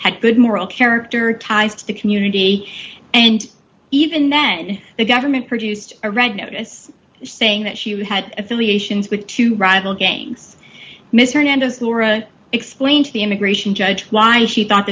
had good moral character ties to the community and even then the government produced a red notice saying that she would had affiliations with two rival gangs mr nando's laura explained to the immigration judge why she thought